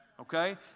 Okay